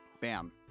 bam